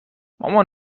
مامان